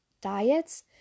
diets